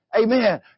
Amen